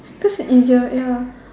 cause it easier ya